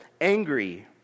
angry